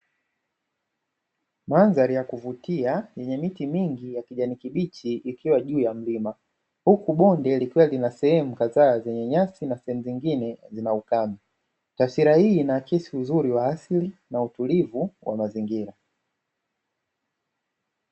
Mandhari ya kuvuti yenye miti mingi ya kijani kibichi kikiwa juu ya mlima. Huku bonde likiwa lina sehemu kadhaa zenye nyasi na nyingine zikiwa kavu. Taswira hii inaakisi uoto wA asili na utulivu wa mazingira.